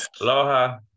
Aloha